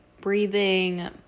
breathing